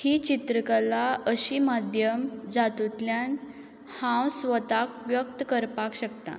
ही चित्रकला अशी माध्यम जातुतल्यान हांव स्वताक व्यक्त करपाक शकतां